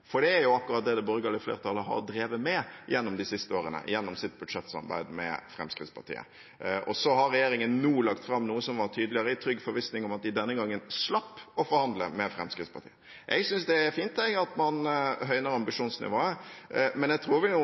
for det er akkurat det det borgerlige flertallet har drevet med de siste årene gjennom sitt budsjettsamarbeid med Fremskrittspartiet. Så har regjeringen nå lagt fram noe som er tydeligere, i trygg forvissning om at de denne gangen slipper å forhandle med Fremskrittspartiet. Jeg synes det er fint at man høyner ambisjonsnivået, men jeg tror